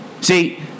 See